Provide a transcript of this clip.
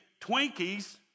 Twinkies